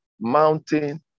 mountain